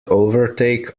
overtake